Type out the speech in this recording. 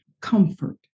comfort